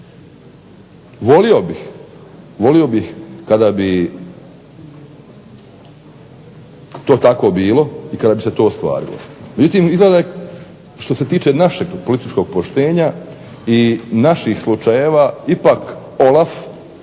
poštenju. Volio bih kada bi to tako bilo i kada bi se to ostvarilo. Izgleda da što se tiče našeg političkog ovlaštenja i naših slučajeva ipak Olaf